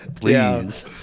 please